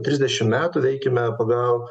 trisdešim metų veikėme pagal